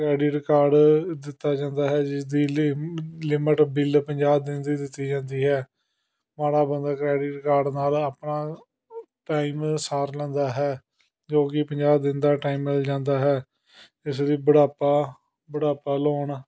credit card ਦਿੱਤਾ ਜਾਂਦਾ ਹੈ ਜਿਸਦੀ ਲਿ ਲਿਮਿਟ ਬਿੱਲ ਪੰਜਾਹ ਦਿਨ ਦੀ ਦਿੱਤੀ ਜਾਂਦੀ ਹੈ ਮਾੜਾ ਬੰਦਾ ਕ੍ਰੈਡਿਟ ਕਾਰਡ ਨਾਲ਼ ਆਪਣਾ ਟਾਈਮ ਸਾਰ ਲੈਂਦਾ ਹੈ ਜੋ ਕਿ ਪੰਜਾਹ ਦਿਨ ਦਾ ਟਾਈਮ ਮਿਲ ਜਾਂਦਾ ਹੈ ਇਸ ਲਈ ਬੁਢਾਪਾ ਬੁਢਾਪਾ ਲੋਨ